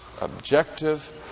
objective